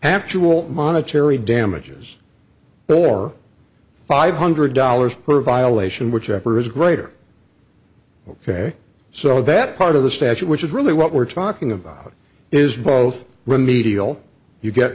actual monetary damages for five hundred dollars per violation whichever is greater ok so that part of the statute which is really what we're talking about is both remedial you get